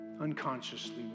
Unconsciously